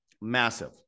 massive